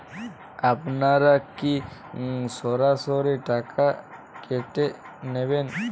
আপনারা কি সরাসরি টাকা কেটে নেবেন?